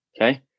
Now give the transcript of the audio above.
Okay